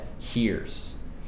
hears